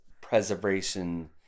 preservation